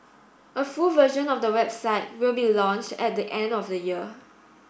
a full version of the website will be launched at the end of the year